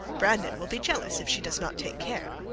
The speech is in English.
brandon will be jealous, if she does not take care.